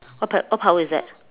what power what power is that